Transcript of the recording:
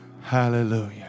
Hallelujah